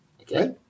okay